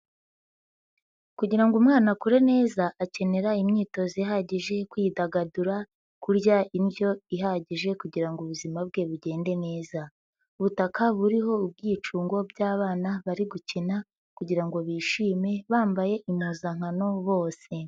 Kugira ngo umwana akure neza akenera imyitozo ihagije yo kwidagadura, kurya indyo ihagije kugira ngo ubuzima bwe bugende neza. Ubutaka buriho ubwicungo by'abana bari gukina kugira ngo bishime bambaye impuzankano bose.